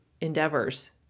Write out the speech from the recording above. endeavors